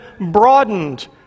broadened